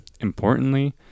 importantly